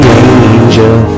angel